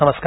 नमस्कार